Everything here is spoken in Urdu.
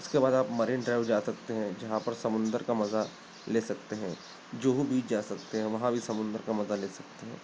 اس کے بعد آپ مرین ڈرائیو جا سکتے ہیں جہاں پر سمندر کا مزہ لے سکتے ہیں جوہو بیچ جا سکتے ہیں وہاں بھی سمندر کا مزہ لے سکتے ہیں